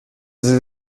sie